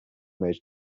made